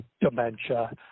dementia